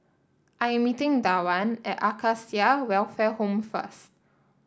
I am meeting Dwan at Acacia Welfare Home first